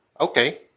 Okay